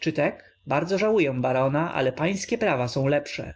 czy tek bardzo żałuję barona ale pańskie prawa są lepsze